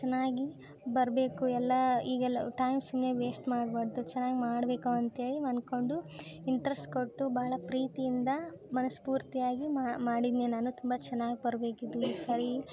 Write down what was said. ಚೆನ್ನಾಗಿ ಬರಬೇಕು ಎಲ್ಲ ಹೀಗೆಲ್ಲ ಟೈಮ್ ಸುಮ್ಮನೆ ವೇಸ್ಟ್ ಮಾಡ್ಬಾರ್ದು ಚೆನ್ನಾಗಿ ಮಾಡಬೇಕು ಅಂತೇಳಿ ಅಂದ್ಕೊಂಡು ಇಂಟ್ರೆಸ್ ಕೊಟ್ಟು ಭಾಳ ಪ್ರೀತಿಯಿಂದ ಮನಸ್ಸು ಪೂರ್ತಿಯಾಗಿ ಮಾಡಿದ್ನ್ಯೆ ನಾನು ತುಂಬ ಚೆನ್ನಾಗಿ ಬರ್ಬೇಕು ಇದು ಈ ಸರಿ